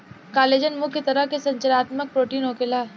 collagen मुख्य तरह के संरचनात्मक प्रोटीन होखेला